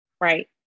right